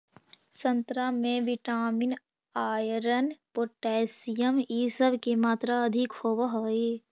संतरा में vitamin, iron, potassium इ सब के मात्रा अधिक होवऽ हई